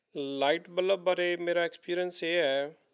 light bulb ਬਾਰੇ ਮੇਰਾ experience ਇਹ ਹੈ